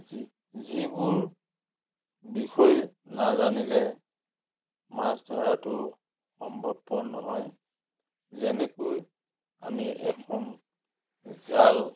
যি যিবোৰ বিষয়ে নাজানিলে মাছ ধৰাটো সম্ভৱপৰ নহয় যেনেকৈ আমি এখন জাল